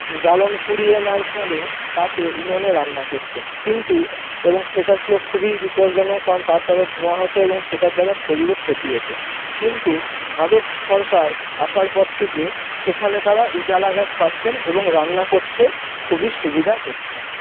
জ্বালন কুড়িয়ে আনার পরে তাতে উনুনে রান্না করতেন কিন্তু এবং সেটা ছিলো খুবই বিপদজনক কারণ তার দ্বারা ধোঁয়া হতো এবং সেটার দ্বারা শরীরে ক্ষতি হতো কিন্তু ভারত সরকার আসার পর থেকে সেখানে তারা উজালা গ্যাস পাচ্ছেন এবং রান্না করতে খুবই সুবিধা হচ্ছে